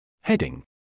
Heading